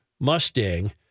Mustang